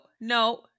no